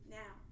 now